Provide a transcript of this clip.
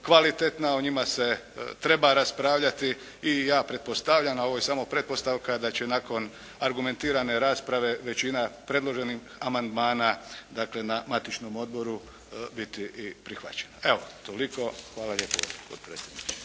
kvalitetna, o njima se treba raspravljati i ja pretpostavljam a ovo je samo pretpostavka da će nakon argumentirane rasprave većina predloženih amandmana dakle na matičnom odboru biti i prihvaćena. Evo, toliko. Hvala lijepa. **Jarnjak,